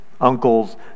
uncles